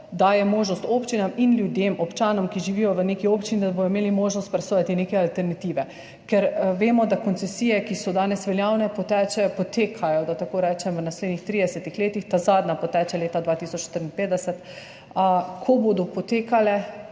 daje možnost občinam in ljudem, občanom, ki živijo v neki občini, da bodo imeli možnost presojati neke alternative. Ker vemo, da koncesije, ki so danes veljavne, potekajo, da tako rečem, v naslednjih 30 letih, zadnja poteče leta 2054. Ko bodo potekale,